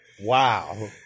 Wow